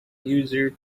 user